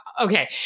okay